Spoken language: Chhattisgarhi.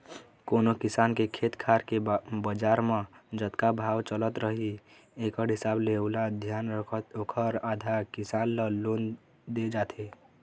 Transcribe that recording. कोनो किसान के खेत खार के बजार म जतका भाव चलत रही एकड़ हिसाब ले ओला धियान रखत ओखर आधा, किसान ल लोन दे जाथे